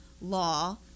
law